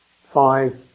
five